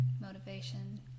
motivation